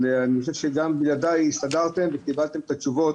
אני חושב שגם בלעדיי הסתדרתם וקיבלתם את התשובות